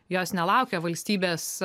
jos nelaukia valstybės